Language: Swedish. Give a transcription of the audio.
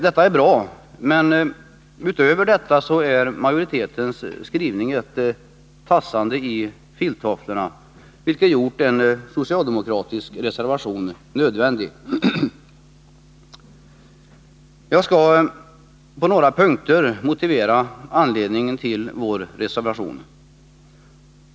Detta är bra, men därutöver är majoritetens skrivning ett tassande i filttofflorna, vilket har gjort en socialdemokratisk reservation nödvändig. Jag skall på några punkter redovisa anledningen till vår reservation.